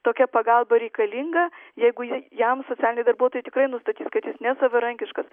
tokia pagalba reikalinga jeigu ji jam socialiniai darbuotojai tikrai nustatys kad jis nesavarankiškas